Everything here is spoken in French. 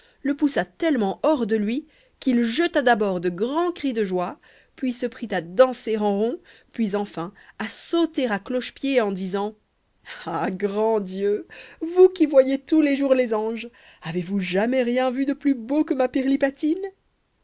le poussa tellement hors de lui qu'il jeta d'abord de grands cris de joie puis se prit à danser en rond puis enfin à sauter à cloche-pied en disant ah grand dieu vous qui voyez tous les jours les anges avez-vous jamais rien vu de plus beau que ma